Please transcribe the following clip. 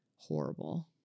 horrible